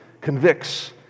convicts